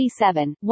27